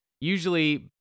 usually